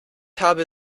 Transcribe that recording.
habe